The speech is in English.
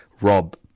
rob